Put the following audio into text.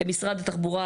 משרד התחבורה,